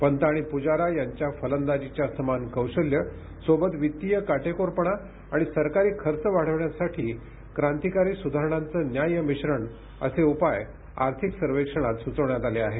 पंत आणि पूजारा यांच्या फलंदाजीच्या समान कौशल्य सोबत वित्तीय काटेकोरपणा आणि सरकारी खर्च वाढविण्यासाठी क्रांतिकारी सुधारणांचं न्याय्य मिश्रण असे उपाय आर्थिक सर्वेक्षणात सूचवण्यात आले आहेत